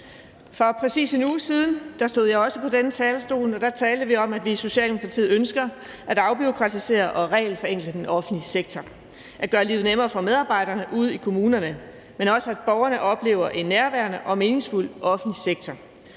For præcis en uge siden stod jeg også på denne talerstol, og der talte vi om, at vi i Socialdemokratiet ønsker at afbureaukratisere og regelforenkle den offentlige sektor og gøre livet nemmere for medarbejderne ude i kommunerne, men også, at borgerne skal opleve en nærværende og meningsfuld offentlig sektor,